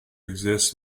exists